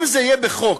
אם זה יהיה בחוק,